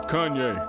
Kanye